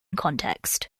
context